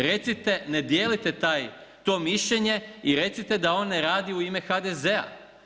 Recite ne dijelite to mišljenje i recite da on ne radi u ime HDZ-a.